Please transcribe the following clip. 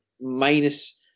minus